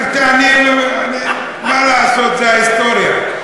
מה לעשות, זו ההיסטוריה.